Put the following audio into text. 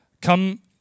come